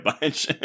bunch